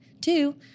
Two